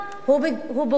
הוא בוגד.